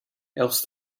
else